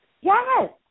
Yes